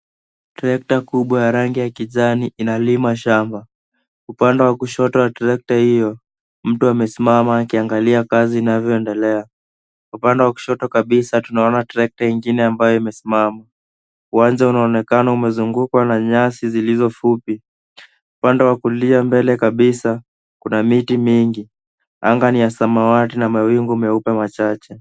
Trekta kubwa ya rangi ya kijani inalima shamba, upande wa kushoto wa trekta hiyo mtu amesimama akiangalia kazi inavyoendelea, upande wakushoto kabisa tunaona trekta ingine ambayo imesimama, uwanja unaonekana umezungukwa na nyasi zilizofupi, upande wakulia mbele kabisa kuna miti mingi, anga ni samawati na mawingu meupe machache.